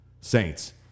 Saints